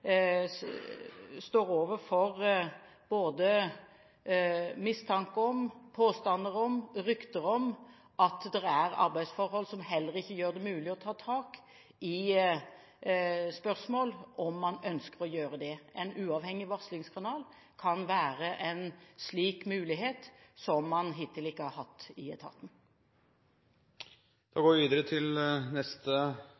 står overfor både mistanke om, påstander om og rykter om at det er arbeidsforhold som heller ikke gjør det mulig å ta tak i spørsmål om man ønsker å gjøre det, tatt opp. En uavhengig varslingskanal kan gi en mulighet som man hittil ikke har hatt i